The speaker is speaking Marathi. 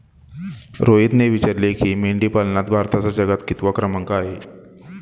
रोहितने विचारले की, मेंढीपालनात भारताचा जगात कितवा क्रमांक आहे?